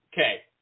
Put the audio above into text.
Okay